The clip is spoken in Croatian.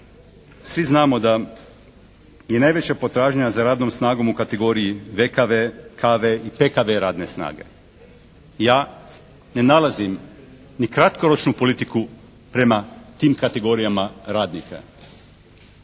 svi znamo da je najveća potražnja za radnom snagom u kategoriji VKV, KV i .../Govornik se ne razumije./… radne snage. Ja ne nalazim i kratkoročnu politiku prema tim kategorijama radnika.